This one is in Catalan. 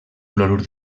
clorur